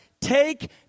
take